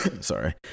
sorry